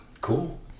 cool